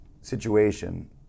situation